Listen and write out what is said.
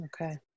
Okay